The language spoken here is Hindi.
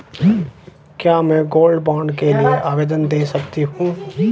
क्या मैं गोल्ड बॉन्ड के लिए आवेदन दे सकती हूँ?